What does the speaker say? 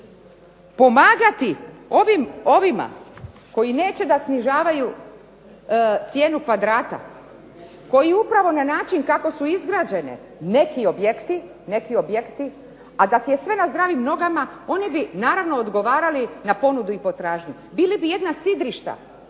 pomagati ovima koji neće da snižavaju cijenu kvadrata, koji upravo na način kako su izgrađeni neki objekti a da je sve na zdravim nogama, oni bi naravno odgovarali na ponudu i potražnju. Bili bi jedna sidrišta.